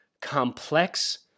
complex